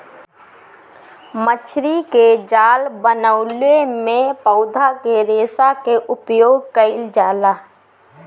मछरी के जाल बनवले में पौधा के रेशा क उपयोग कईल जाला